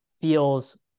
feels